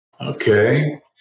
Okay